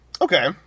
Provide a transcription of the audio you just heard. Okay